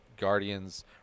Guardians